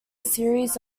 series